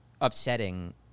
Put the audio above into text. upsetting